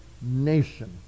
nation